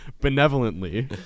benevolently